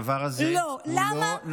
הדבר הזה הוא לא נכון,